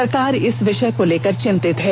सरकार इस विषय को लेकर चिंतित है